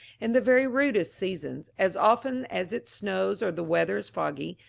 in the very rudest seasons, as often as it snows or the weather is foggy,